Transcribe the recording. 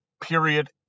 Period